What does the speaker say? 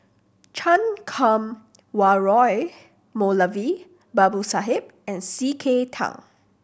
Chan Kum Wah Roy Moulavi Babu Sahib and C K Tang